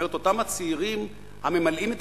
היא אומרת: אותם הצעירים הממלאים את